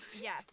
Yes